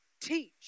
teach